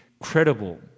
credible